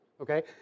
Okay